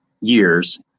years